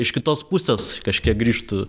iš kitos pusės kažkiek grįžtu